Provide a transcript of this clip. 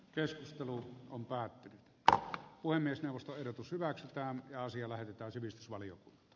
keskustelu on päättynyt että puhemiesneuvosto ehdotus hyväksytään asia lähetetään sivistysvalion